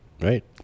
Right